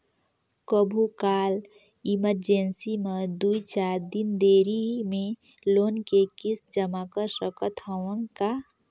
कभू काल इमरजेंसी मे दुई चार दिन देरी मे लोन के किस्त जमा कर सकत हवं का?